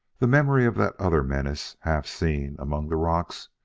the memory of that other menace, half-seen among the rocks,